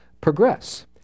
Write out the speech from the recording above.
progress